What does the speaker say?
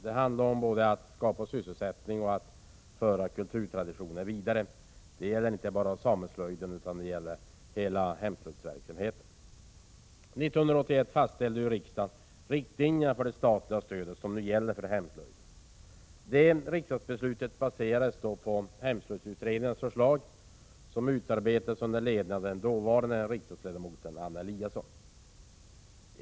Det handlar både om att skapa sysselsättning och om att föra kulturtraditioner vidare; det gäller inte bara sameslöjden, utan det gäller hela hemslöjdsverksamheten. År 1981 fastställde riksdagen riktlinjerna för det statliga stöd som nu utgår till hemslöjden. Riksdagsbeslutet baserades på hemslöjdsutredningens förslag, som utarbetats under ledning av dåvarande riksdagsledamoten Anna Eliasson.